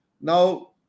Now